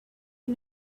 you